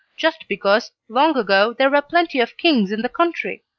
just because long ago there were plenty of kings in the country.